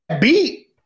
beat